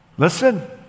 Listen